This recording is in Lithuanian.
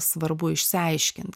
svarbu išsiaiškint